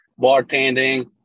bartending